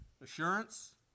assurance